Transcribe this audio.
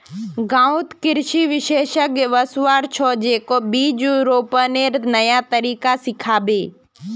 गांउत कृषि विशेषज्ञ वस्वार छ, जेको बीज रोपनेर नया तकनीक सिखाबे